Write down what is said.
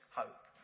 hope